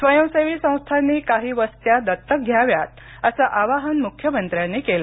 स्वयंसेवी संस्थांनी काही वस्त्या दत्तक घ्याव्या असं आवाहन मुख्यमंत्र्यांनी केलं